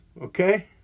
okay